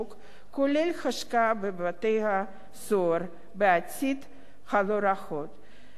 כולל השקעה בבתי-הסוהר בעתיד הלא-רחוק.